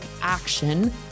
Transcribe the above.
action